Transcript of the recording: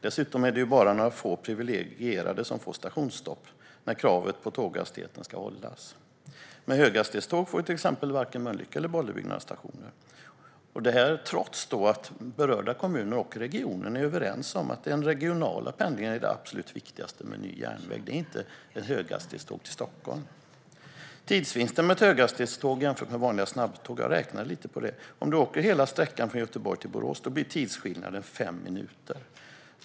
Dessutom är det ju bara några få privilegierade som får stationsstopp när kravet på tåghastighet ska hållas. Med höghastighetståg får till exempel varken Mölnlycke eller Bollebygd någon station, detta trots att berörda kommuner och regionen är överens om att det är den regionala pendlingen som är det absolut viktigaste med en ny järnväg och inte ett höghastighetståg till Stockholm. Jag har räknat lite på tidsvinsten med ett höghastighetståg jämfört med vanliga snabbtåg. Om du åker hela sträckan från Göteborg till Borås blir tidsskillnaden fem minuter.